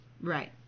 right